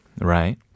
right